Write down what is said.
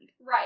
Right